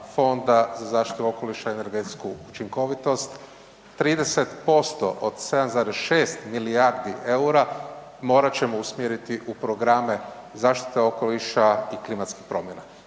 za zaštitu okoliša i energetsku učinkovitost, 30% od 7,6 milijardi eura morat ćemo usmjeriti u programe zaštite okoliša i klimatskih promjena.